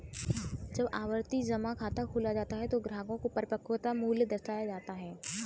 जब आवर्ती जमा खाता खोला जाता है तो ग्राहक को परिपक्वता मूल्य दर्शाया जाता है